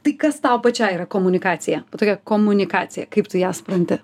tai kas tau pačiai yra komunikacija tokia komunikacija kaip tu ją supranti